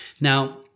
now